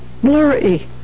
blurry